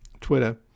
twitter